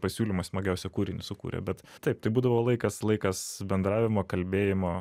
pasiūlymą smagiausią kūrinį sukūrė bet taip tai būdavo laikas laikas bendravimo kalbėjimo